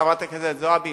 חברת הכנסת זועבי?